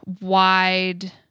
wide